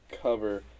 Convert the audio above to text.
cover